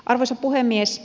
arvoisa puhemies